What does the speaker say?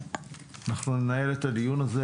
אנחנו ננהל את הדיון הזה,